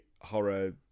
horror